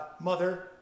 mother